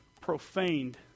profaned